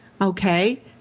Okay